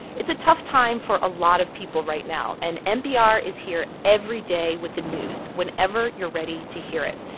it's a tough time for a lot of people right now. and npr is here every day with the news whenever you're ready to hear it.